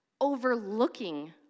overlooking